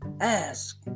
ask